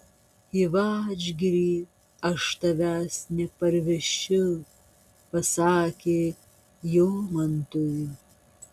į vadžgirį aš tavęs neparvešiu pasakė jomantui